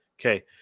okay